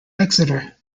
exeter